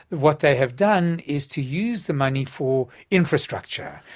what they have done is to use the money for infrastructure,